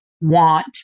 want